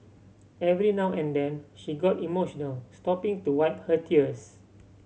every now and then she got emotional stopping to wipe her tears